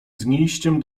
znijściem